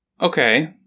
Okay